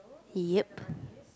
ya